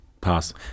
Pass